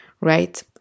right